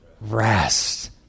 Rest